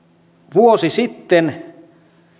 vuosi sitten